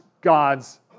God's